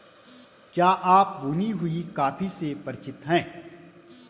क्या आप भुनी हुई कॉफी से परिचित हैं?